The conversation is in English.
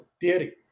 theory